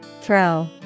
Throw